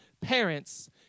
parents